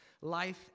Life